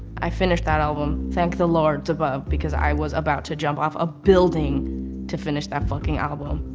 i finished that album, thank the lords above because i was about to jump off a building to finish that fucking album.